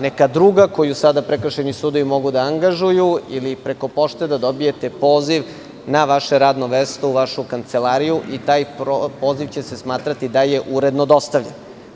neka druga služba koju sada prekršajni sudovi mogu da angažuju ili preko pošte da dobijete poziv na vaše radno mesto, u vašu kancelariju, i taj poziv će se smatrati da je uredno dostavljen.